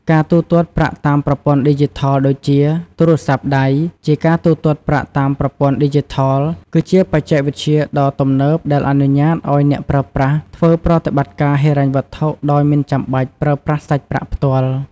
ការទូទាត់ប្រាក់តាមប្រព័ន្ធឌីជីថលដូចជា ទូរសព័្ទដៃ ជាការទូទាត់ប្រាក់តាមប្រព័ន្ធឌីជីថល គឺជាបច្ចេកវិទ្យាដ៏ទំនើបដែលអនុញ្ញាតឲ្យអ្នកប្រើប្រាស់ធ្វើប្រតិបត្តិការហិរញ្ញវត្ថុដោយមិនចាំបាច់ប្រើប្រាស់សាច់ប្រាក់ផ្ទាល់។